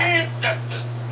ancestors